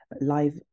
live